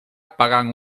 pagan